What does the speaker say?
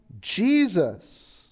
Jesus